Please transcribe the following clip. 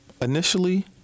initially